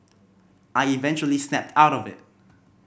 I eventually snapped out of it